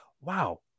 wow